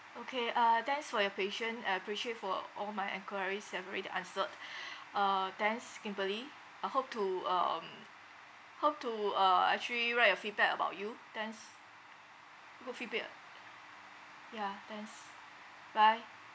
okay uh thanks for your patience uh appreciate for all my enquiries have already answered uh thanks kimberly I hope to uh um hope to uh actually write a feedback about you thanks good feedback yeah thanks bye